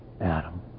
Adam